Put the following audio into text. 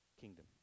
kingdom